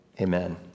Amen